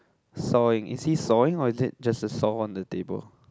sawing is he sawing or is it just a saw on the table